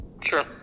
Sure